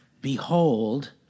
behold